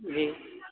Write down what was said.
جی